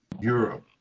europe